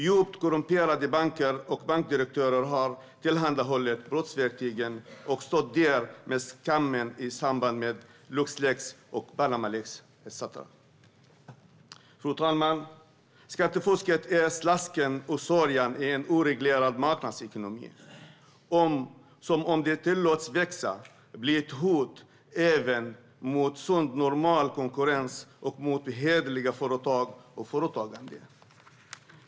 Djupt korrumperade banker och bankdirektörer har tillhandahållit brottsverktygen och stått där med skammen i samband med Luxleaks, Panamaleaks etcetera. Fru talman! Skattefusket är slasken och sörjan i en oreglerad marknadsekonomi, och om det tillåts växa blir det ett hot även mot sund, normal konkurrens och mot hederliga företag och företagande.